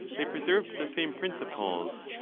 they preserved the same principles,